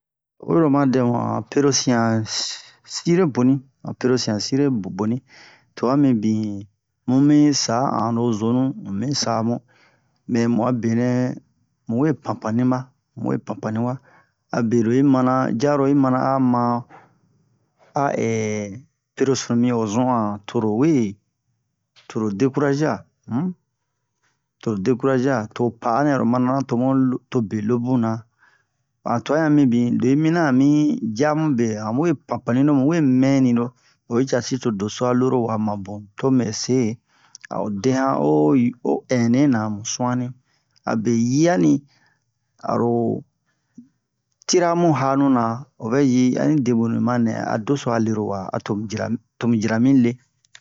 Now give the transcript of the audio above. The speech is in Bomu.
Oyi ro oma dɛmu han perosian sire boni han perosian sire boni twa mibin mu mi sa ano zonu mu mi sa mu mɛ mu'a benɛ mu we papani ba mu we papani wa abe lo hi mana jaro i mana a ma a perosunu mi o zu'an toro we toro dekurage'a um toro dekurage'a to ho pa'a nɛ lo mana na to mu lo to be lobuna han twa yan mibin lo hi mina a mi jamu be han we papaniro mu we mɛni ro oyi casi to doso a loro wa ma bun to mɛ se a'o dehan o yo o hine na mu su'ani abe yani aro tira mu hanuna ovɛ ji a ni debenu ma nɛ a doso a lero wa a to mu jira mi to mu jira mi le